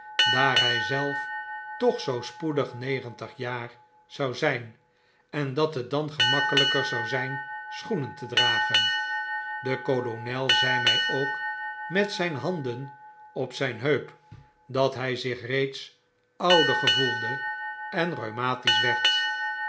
daar hy zelf toch zoo spoedig negentig jaar zou zyn en dat het dan gemakkelyker zou zyn schoenen te dragen de kolonel zei my ook met zyn handen op zyn heup dat hy zich reeds ouder gevoelde en rheumatisch werd